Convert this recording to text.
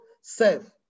self